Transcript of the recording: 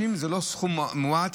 60 זה לא סכום מועט.